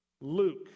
Luke